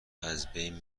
ازبین